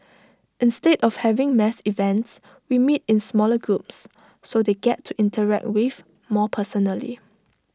instead of having mass events we meet in smaller groups so they get to interact with more personally